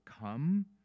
come